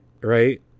right